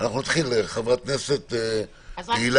נתחיל עם חברת הכנסת תהלה.